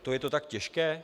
To je to tak těžké?